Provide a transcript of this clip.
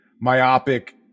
myopic